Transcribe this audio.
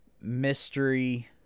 mystery